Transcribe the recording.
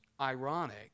ironic